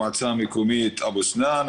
המועצה המקומית אבו-סנאן,